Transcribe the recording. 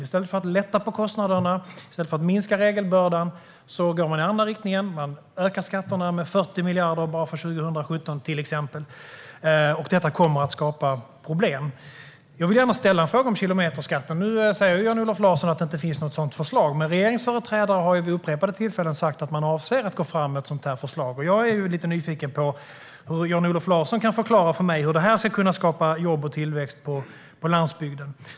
I stället för att lätta på kostnaderna, i stället för att minska regelbördan går man i andra riktningen. Man ökar skatterna med 40 miljarder bara för 2017, och detta kommer att skapa problem. Jag vill ställa en fråga om kilometerskatten. Nu säger Jan-Olof Larsson att det inte finns något sådant förslag, men regeringsföreträdare har vid upprepade tillfällen sagt att man avser att gå fram med ett sådant förslag. Jag är lite nyfiken på om Jan-Olof Larsson kan förklara för mig hur detta ska kunna skapa jobb och tillväxt på landsbygden.